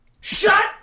Shut